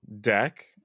deck